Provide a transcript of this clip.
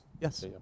Yes